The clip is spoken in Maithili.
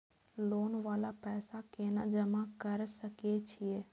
लोन वाला पैसा केना जमा कर सके छीये?